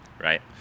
Right